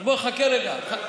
אז חכה רגע.